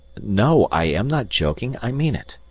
no! i am not joking, i mean it,